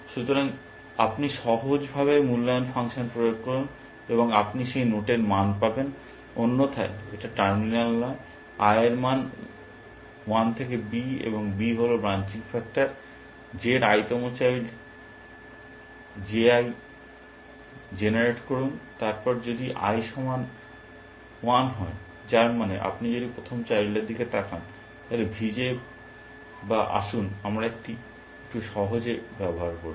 সুতরাং আপনি সহজভাবে মূল্যায়ন ফাংশন প্রয়োগ করুন এবং আপনি সেই নোটের মান পাবেন অন্যথায় এটি টার্মিনাল নয় i এর মান 1 থেকে b যেখানে b হল ব্রাঞ্চিং ফ্যাক্টর J এর i তম চাইল্ড J i জেনারেট করুন তারপর যদি i সমান 1 হয় যার মানে আপনি যদি প্রথম চাইল্ডের দিকে তাকান তাহলে VJ বা আসুন আমরা একটু সহজে ব্যবহার করি